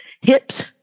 hips